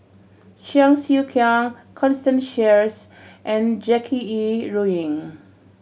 Cheong Siew Keong Constance Sheares and Jackie Yi Ru Ying